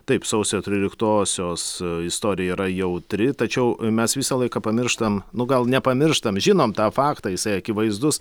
taip sausio tryliktosios istorija yra jautri tačiau mes visą laiką pamirštam nu gal nepamirštam žinom tą faktą jisai akivaizdus